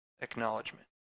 acknowledgement